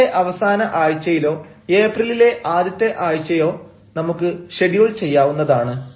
മാർച്ചിലെ അവസാന ആഴ്ചയിലോ ഏപ്രിലിലെ ആദ്യത്തെ ആഴ്ചയിലോ നമുക്ക് ഷെഡ്യൂൾ ചെയ്യാവുന്നതാണ്